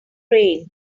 rain